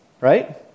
right